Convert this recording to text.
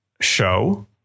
show